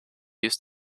used